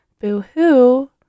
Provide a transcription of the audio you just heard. boo-hoo